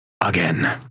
again